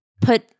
put